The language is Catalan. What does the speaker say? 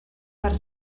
per